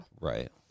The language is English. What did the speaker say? Right